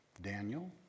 Daniel